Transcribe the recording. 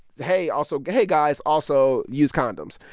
hey also, hey, guys, also use condoms.